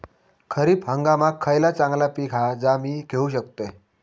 खरीप हंगामाक खयला चांगला पीक हा जा मी घेऊ शकतय?